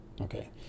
Okay